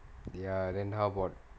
ya then how about